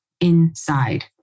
inside